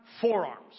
forearms